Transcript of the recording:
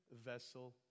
vessel